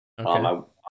Okay